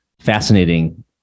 fascinating